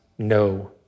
No